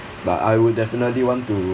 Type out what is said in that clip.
but I would definitely want to